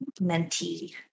mentee